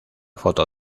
foto